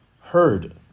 heard